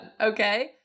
okay